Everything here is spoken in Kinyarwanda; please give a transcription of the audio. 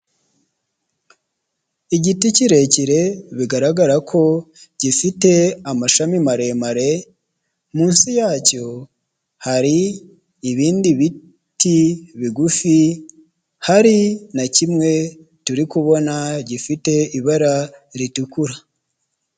Igiti kirekire bigaragara ko gifite amashami maremare, munsi yacyo hari ibindi biti bigufi, hari na kimwe turi kubona gifite ibara ritukura.